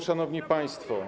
Szanowni Państwo!